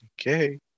okay